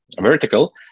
vertical